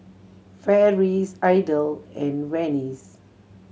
Ferris Idell and Venice